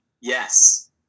Yes